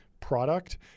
product